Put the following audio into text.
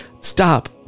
Stop